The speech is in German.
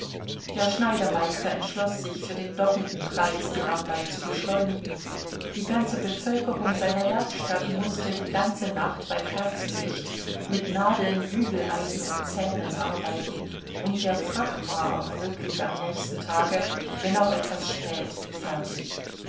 der schneidermeister entschloß sich für den doppelten preis die arbeit zu beschleunigen die ganze bevölkerung seiner werkstatt mußte die ganze nacht bei kerzenlicht mit nadeln bügeleisen und zähnen arbeiten und der frack war auch wirklich am nächsten tage wenn auch etwas spät fertig